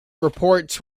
reports